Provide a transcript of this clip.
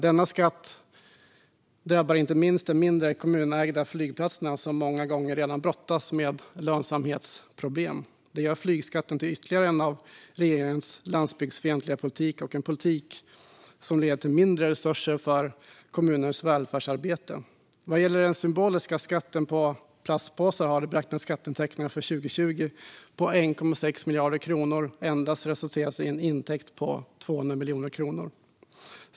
Denna skatt drabbar inte minst de mindre kommunägda flygplatserna som många gånger redan brottas med lönsamhetsproblem. Det gör flygskatten till ytterligare en av regeringens landsbygdsfientliga förslag, det vill säga en politik som leder till mindre resurser för kommunernas välfärdsarbete. Vad gäller den symboliska skatten på plastpåsar har de beräknade skatteintäkterna för 2020 på 1,6 miljarder kronor endast resulterat i en intäkt på 200 miljoner kronor.